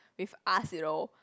with us you know